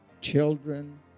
children